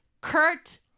Kurt